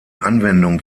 anwendung